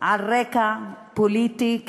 על רקע פוליטי,